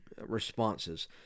responses